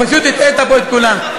פשוט הטעית פה את כולם.